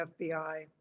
FBI